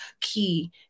key